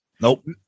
Nope